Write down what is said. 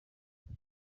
ngo